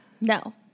No